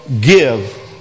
give